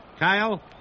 Kyle